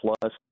plus